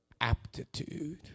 aptitude